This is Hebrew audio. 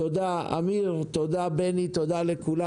תודה אמיר, תודה בני, תודה לכולם.